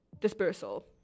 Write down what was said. dispersal